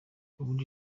ubundi